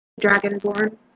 dragonborn